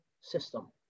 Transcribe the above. system